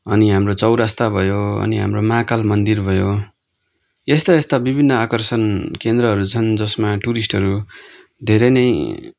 अनि हाम्रो चौरस्ता भयो अनि हाम्रो महाकाल मन्दिर भयो यस्ता यस्ता विभिन्न आकर्षण केन्द्रहरू छन् जसमा टुरिस्टहरू धेरै नै